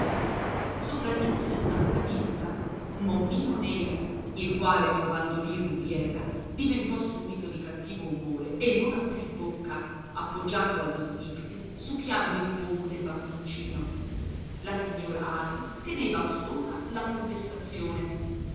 sopraggiunse un'altra visita mommino neri il quale trovando lì rubiera diventò subito di cattivo umore e non aprì bocca appoggiato allo stipite succhiando il pomo del bastoncino la signora aglae teneva sola la conversazione